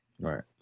Right